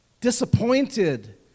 disappointed